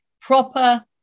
Proper